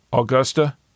Augusta